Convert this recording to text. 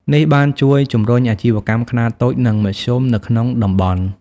នេះបានជួយជំរុញអាជីវកម្មខ្នាតតូច និងមធ្យមនៅក្នុងតំបន់។